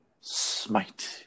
Smite